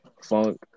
funk